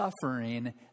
suffering